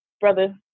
brother